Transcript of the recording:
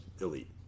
elite